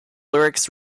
lyrics